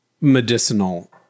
medicinal